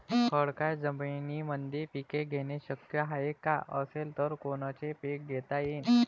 खडकाळ जमीनीमंदी पिके घेणे शक्य हाये का? असेल तर कोनचे पीक घेता येईन?